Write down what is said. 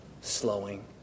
slowing